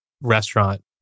restaurant